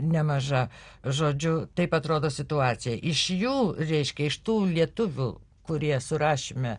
nemaža žodžiu taip atrodo situacija iš jų reiškia iš tų lietuvių kurie surašyme